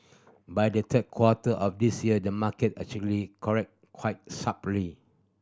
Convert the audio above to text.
by the third quarter of this year the market actually corrected quite sharply